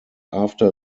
after